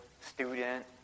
student